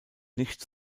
nicht